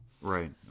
Right